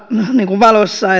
valossa